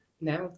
Now